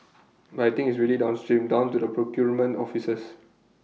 but I think it's really downstream down to the procurement offices